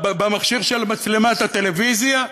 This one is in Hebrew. במכשיר של מצלמת הטלוויזיה?